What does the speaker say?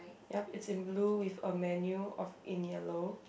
ya it's in blue with a menu of in yellow